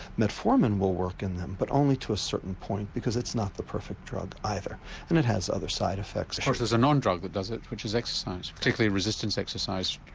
metformin will work in them but only to a certain point because it's not the perfect drug either and it has other side effects. there's a non drug that does it which is exercise, particularly resistance exercise,